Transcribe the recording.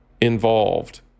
involved